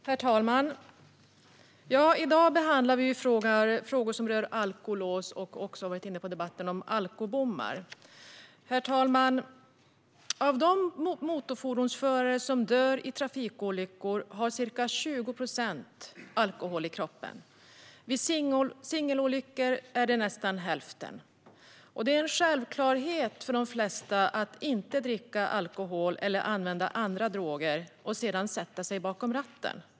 Herr talman! I dag behandlar vi frågor som rör alkolås. Vi har också i debatten varit inne på alkobommar. Herr talman! Av de motorfordonsförare som dör i trafikolyckor har ca 20 procent alkohol i kroppen. Vid singelolyckor är det nästan hälften. Det är en självklarhet för de flesta att inte dricka alkohol eller använda andra droger och sedan sätta sig bakom ratten.